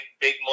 big